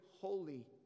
holy